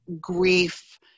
grief